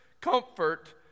comfort